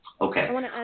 Okay